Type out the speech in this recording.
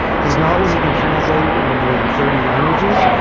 his novels have been translated into more than thirty languages.